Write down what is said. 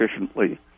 efficiently